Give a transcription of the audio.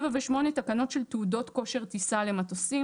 7 ו-8 תקנות של תעודות כושר טיסה למטוסים.